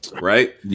right